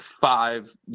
five